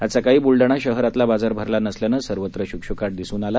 आज सकाळी बुलडाणा शहरातला बाजार भरला नसल्यानं सर्वत्र शुकशकाट दिसुन आला